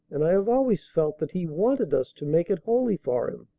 and i have always felt that he wanted us to make it holy for him,